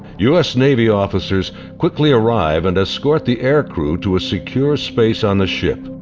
us navy officers quickly arrive and escort the air crew to a secure space on the ship.